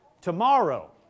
tomorrow